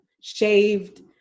shaved